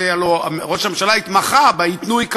בזה הלוא ראש הממשלה התמחה, ב"ייתנו, יקבלו".